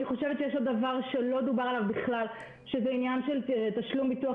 יש עוד דבר שלא דובר עליו בכלל וזה עניין של תשלום ביטוח